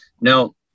Now